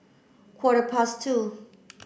quarter past two